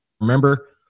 remember